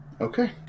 Okay